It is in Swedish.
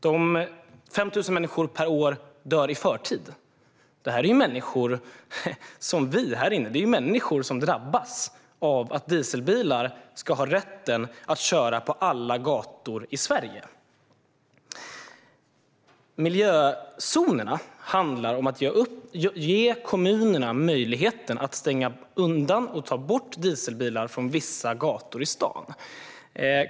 Det är 5 000 människor per år som dör i förtid. Det är människor som vi här inne. Det är människor som drabbas av att dieselbilar ska ha rätten att köra på alla gator i Sverige. Miljözonerna handlar om att ge kommunerna möjligheten att stänga undan och ta bort dieselbilar från vissa gator i staden.